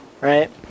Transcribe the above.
right